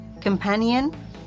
companion